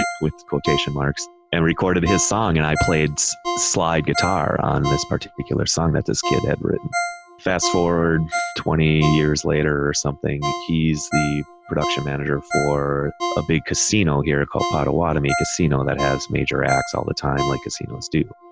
with quotation marks and recorded his song. and i played so slide guitar on this particular song that this kid had written. jeff fast forward twenty years later or something, he's the production manager for a big casino here called potawatomie casino that has major acts all the time like casinos do.